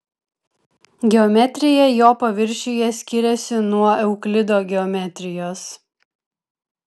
geometrija jo paviršiuje skiriasi nuo euklido geometrijos